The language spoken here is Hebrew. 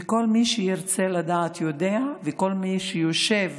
וכל מי שירצה לדעת יודע, וכל מי שיושב